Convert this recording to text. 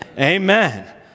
Amen